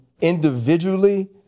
individually